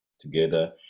together